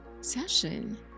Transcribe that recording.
session